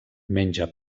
menja